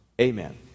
Amen